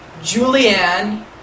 Julianne